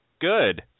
Good